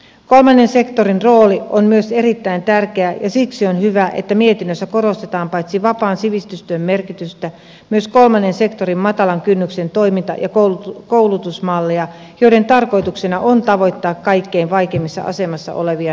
kolmannen sektorin rooli on myös erittäin tärkeä ja siksi on hyvä että mietinnössä korostetaan paitsi vapaan sivistystyön merkitystä myös kolmannen sektorin matalan kynnyksen toiminta ja koulutusmalleja joiden tarkoituksena on tavoittaa kaikkein vaikeimmassa asemassa olevia nuoria